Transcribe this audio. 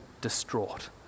distraught